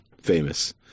Famous